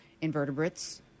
Invertebrates